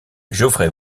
geoffrey